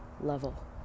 level